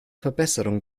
verbesserung